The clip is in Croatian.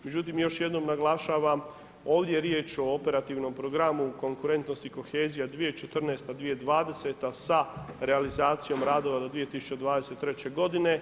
Međutim, još jednom naglašavam, ovdje je riječ o operativnom programu konkurentnosti i kohezija, 2014., 2020. sa realizacijom radova do 2023. godine.